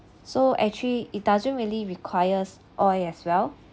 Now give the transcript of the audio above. so actually it doesn't really requires oil as well